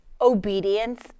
obedience